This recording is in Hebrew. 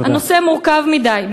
'הנושא מורכב מדי',